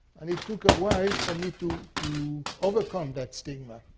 and it took a while for me to to overcome that stigma,